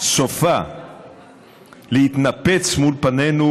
סופה להתנפץ מול פנינו